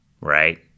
right